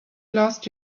lost